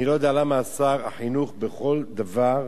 אני לא יודע למה שר החינוך מתנגד לכל דבר.